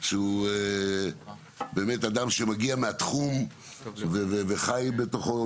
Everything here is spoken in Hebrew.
שהוא באמת אדם שמגיע מהתחום וחי בתוכו,